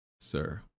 Sir